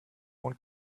one